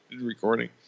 recording